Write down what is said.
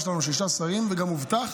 יש לנו שישה שרים, וגם הובטח